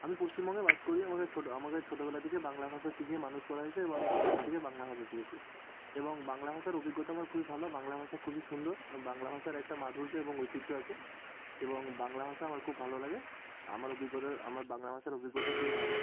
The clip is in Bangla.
আমি পসশিমবঙ্গে বাস করি আমাকে ছোট আমাকে ছোটবেলা থেকে বাংলা ভাষা শিখিয়ে মানুষ করা হয়েছে এবং আমি ছোটবেলা থেকেই বাংলা ভাষা শিখেছি এবং বাংলা ভাষার অভিজ্ঞতা আমার খুবই ভালো বাংলা ভাষা খুবই সুন্দর আমি বাংলা ভাষার একটা মাধুর্য এবং ঐতিহ্য আছে এবং বাংলা ভাষা আমার খুব ভালো লাগে আমার অভিজ্ঞতা আমার বাংলা ভাষার অভিজ্ঞতা খুবই ভালো